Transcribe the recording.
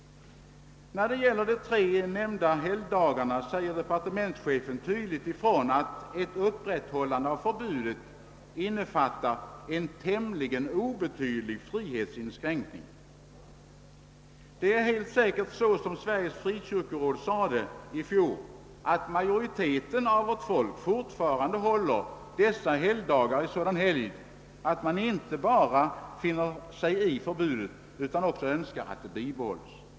I fråga om de tre nämnda helgdagarna säger departementschefen tydligt ifrån att ett upprätthållande av förbudet innefattar en tämligen obetydlig frihetsinskränkning. Det förhåller sig helt säkert, som Sveriges frikyrkoråd framhöll i fjol, så att majoriteten av vårt folk fortfarande håller dessa dagar i sådan helgd att man inte bara finner sig i förbudet utan också önskar att det bibehålles.